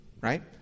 Right